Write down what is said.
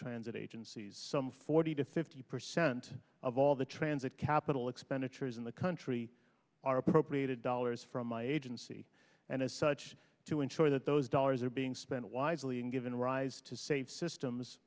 transit agencies some forty to fifty percent of all the transit capital expenditures in the country are appropriated dollars from my agency and as such to ensure that those dollars are being spent wisely and given rise to save systems